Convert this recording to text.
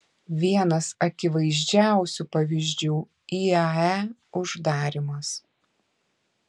vienas akivaizdžiausių pavyzdžių iae uždarymas